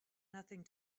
nothing